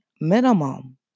minimum